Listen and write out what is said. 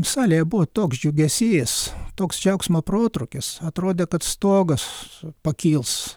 salėje buvo toks džiugesys toks džiaugsmo protrūkis atrodė kad stogas pakils